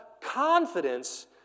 confidence